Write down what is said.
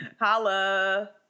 Holla